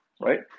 right